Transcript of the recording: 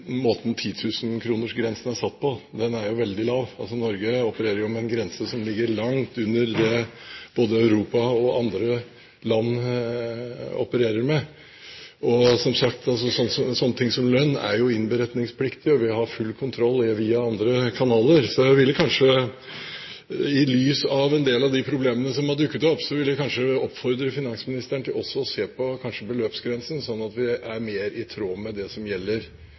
er satt. Den er jo veldig lav; Norge opererer med en grense som ligger langt under både det land i Europa og andre land opererer med. Og som sagt: Slike ting som lønn er innberetningspliktig, og vi har full kontroll via andre kanaler. Så jeg vil kanskje – i lys av en del av de problemene som har dukket opp – oppfordre finansministeren til også å se på beløpsgrensen, slik at vi er mer i tråd med det som gjelder